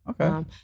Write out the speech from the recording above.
Okay